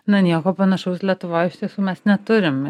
na nieko panašaus lietuvoj iš tiesų mes neturim